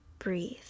breathe